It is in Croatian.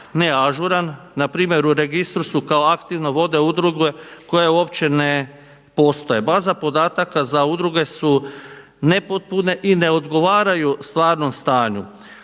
ne ažuran. Npr. u registru su kao aktivno vode udruge koje uopće ne postoje. Baza podataka za udruge su nepotpune i neodgovaraju stvarnom stanju.